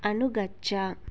अनुगच्छ